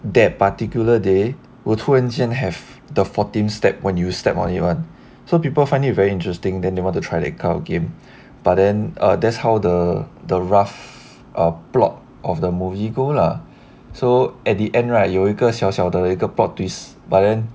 that particular day will 突然间 have the fourteenth step when you step on it [one] so people find it very interesting then you want to try to kind of game but then uh that's how the the rough err plot of the movie go lah so at the end right 有一个小小的一个 plot twist but then